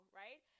right